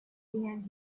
behind